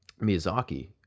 miyazaki